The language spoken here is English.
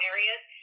Areas